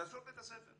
כנסו לבית הספר.